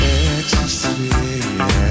ecstasy